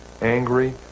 angry